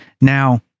Now